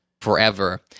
forever